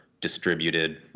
distributed